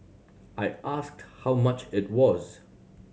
I asked how much it was